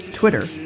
Twitter